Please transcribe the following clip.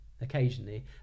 occasionally